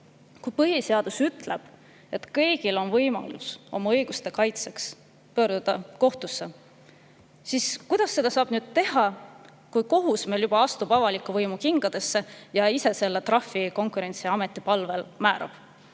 Kui põhiseadus ütleb, et kõigil on võimalus oma õiguste kaitseks pöörduda kohtusse, siis kuidas seda saab teha, kui kohus meil juba astub avaliku võimu kingadesse ja määrab ise Konkurentsiameti palvel selle